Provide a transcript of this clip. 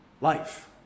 life